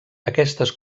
aquestes